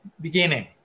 beginning